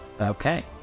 Okay